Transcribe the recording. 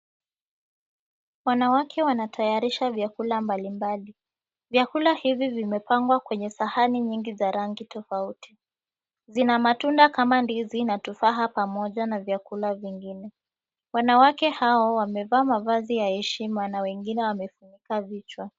Wanawake wanatayarisha vyakula mbalimbali. Vyakula hivi vimepangwa kwenye sahani nyingi za rangi tofauti. Zina matunda kama ndizi na tufaha pamoja na vyakula vingine. Wanawake hao wamevaa mavazi ya heshima na wengine wamefunika vichwa.